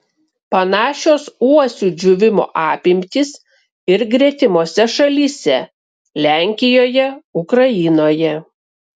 panašios uosių džiūvimo apimtys ir gretimose šalyse lenkijoje ukrainoje